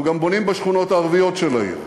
אנחנו גם בונים בשכונות הערביות של העיר,